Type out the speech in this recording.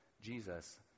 Jesus